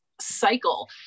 cycle